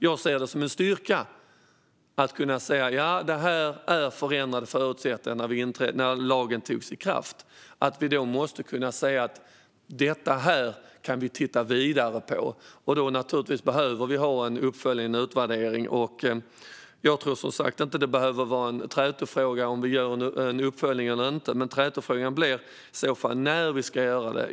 Jag ser det som en styrka att kunna säga att något innebär förändrade förutsättningar jämfört med när lagen togs i kraft. Vi måste kunna säga att vi kan titta vidare på det, och då behöver vi naturligtvis en uppföljning och en utvärdering. Jag tror som sagt inte att det behöver vara en trätofråga om vi gör en uppföljning eller inte, utan trätofrågan blir i så fall när vi ska göra den.